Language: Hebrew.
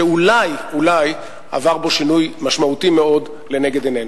שאולי עבר בו שינוי משמעותי מאוד לנגד עינינו.